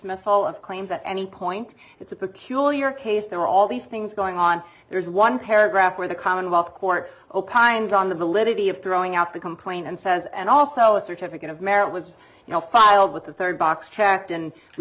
missal of claims at any point it's a peculiar case there are all these things going on there's one paragraph where the commonwealth court opines on the validity of throwing out the complaint and says and also a certificate of merit was you know filed with the third box checked and we